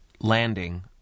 landing